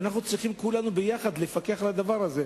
ואנחנו צריכים כולנו יחד לפקח על הדבר הזה.